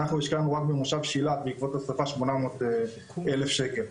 בעקבות השריפה רק במושב שילת השקענו 800,000 שקלים.